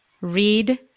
read